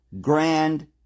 grand